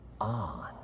on